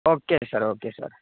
okay sir okay sir